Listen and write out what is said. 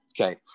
okay